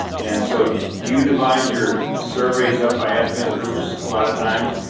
and so you divide your surveys up by ethic groups a lot of times?